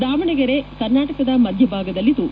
ದಾವಣಗೆರೆ ಕರ್ನಾಟಕದ ಮಧ್ಯೆ ಭಾಗದಲ್ಲಿದ್ದು